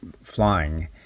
flying